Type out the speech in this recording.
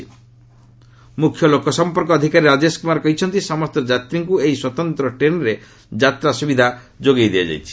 ମ୍ରଖ୍ୟ ଲୋକସମ୍ପର୍କ ଅଧିକାରୀ ରାଜେଶ କ୍ରମାର କହିଛନ୍ତି ସମସ୍ତ ଯାତ୍ରୀଙ୍କୁ ଏହି ସ୍ୱତନ୍ତ୍ର ଟ୍ରେନରେ ଯାତ୍ରା ସୁବିଧା ଯୋଗାଇ ଦିଆଯାଇଛି